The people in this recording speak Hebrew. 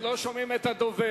סליחה,